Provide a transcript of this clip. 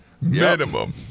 minimum